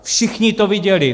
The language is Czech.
Všichni to viděli.